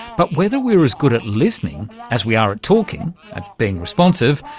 but whether we're as good at listening as we are at talking, at being responsive,